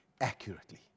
accurately